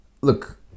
look